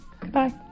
Goodbye